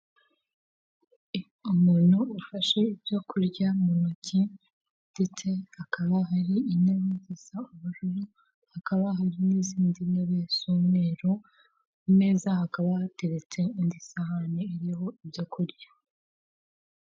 Umuntu ufashe ibyo kurya mu ntoki ndetse hakaba hari inyobe zisa ubururu, hakaba hari n'izindi ntebe z'umweru ku meza hakaba hateretse indi sahani iriho ibyo kurya.